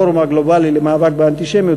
הפורום הגלובלי למאבק באנטישמיות,